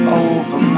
over